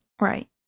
right